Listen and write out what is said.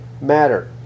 matter